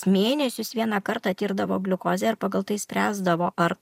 mėnesius vieną kartą tirdavo gliukozę ir pagal tai spręsdavo ar